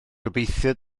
gobeithio